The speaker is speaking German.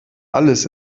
alles